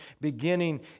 beginning